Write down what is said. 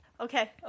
okay